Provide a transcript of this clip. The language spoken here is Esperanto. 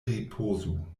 ripozu